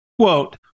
quote